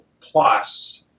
Plus